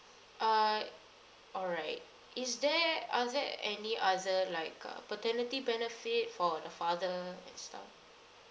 uh all right is there other any other like err paternity benefit for the father and stuff